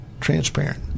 transparent